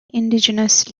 indigenous